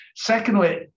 Secondly